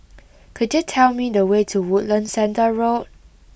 could you tell me the way to Woodlands Centre Road